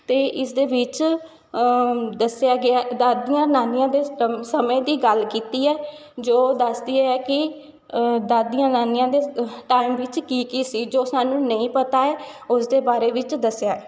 ਅਤੇ ਇਸਦੇ ਵਿੱਚ ਦੱਸਿਆ ਗਿਆ ਦਾਦੀਆਂ ਨਾਨੀਆਂ ਦੇ ਸਮੇਂ ਦੀ ਗੱਲ ਕੀਤੀ ਹੈ ਜੋ ਦੱਸਦੀ ਹੈ ਕਿ ਦਾਦੀਆਂ ਨਾਨੀਆਂ ਦੇ ਟਾਈਮ ਵਿੱਚ ਕੀ ਕੀ ਸੀ ਜੋ ਸਾਨੂੰ ਨਹੀਂ ਪਤਾ ਹੈ ਉਸਦੇ ਬਾਰੇ ਵਿੱਚ ਦੱਸਿਆ